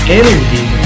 energy